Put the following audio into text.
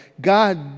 God